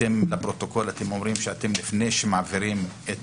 לפרוטוקול אתם אומרים שלפני מעבירים את